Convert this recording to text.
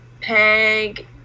Peg